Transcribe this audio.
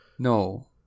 No